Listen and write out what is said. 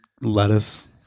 lettuce